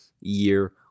year